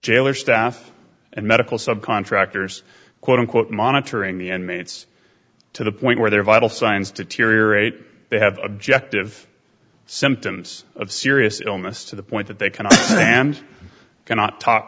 jail or staff and medical subcontractors quote unquote monitoring the end mates to the point where their vital signs deteriorate they have objective symptoms of serious illness to the point that they can and cannot talk